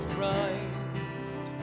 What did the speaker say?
Christ